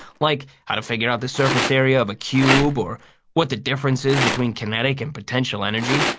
like how to figure out the surface area of a cube or what the difference is between kinetic and potential energy.